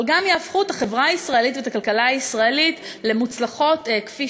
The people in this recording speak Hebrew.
אבל גם יהפכו את החברה הישראלית ואת הכלכלה הישראלית למוצלחות כפי